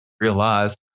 realize